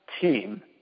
team